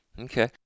Okay